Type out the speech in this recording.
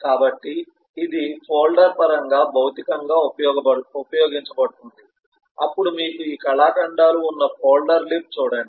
కాబట్టి ఇది ఫోల్డర్ పరంగా భౌతికంగా ఉపయోగించబడుతుంది అప్పుడు మీకు ఈ కళాఖండాలు ఉన్న ఫోల్డర్ లిబ్ చూడండి